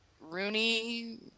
Rooney